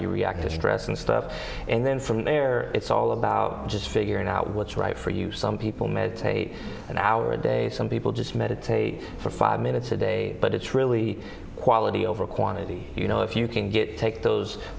you react to stress and stuff and then from there it's all about just figuring out what's right for you some people meditate an hour a day some people just meditate for five minutes a day but it's really quality over quantity you know if you can get take those